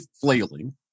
flailing